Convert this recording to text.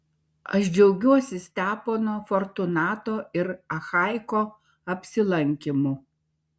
aš džiaugiuosi stepono fortunato ir achaiko apsilankymu